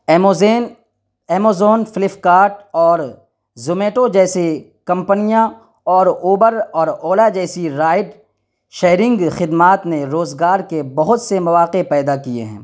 ایموزین Amazon Flipkart اور Zomato جیسی کمپنیاں اور اوبر اور اولا جیسی رائڈ شیئرنگ خدمات نے روزگار کے بہت سے مواقع پیدا کیے ہیں